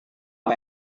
apa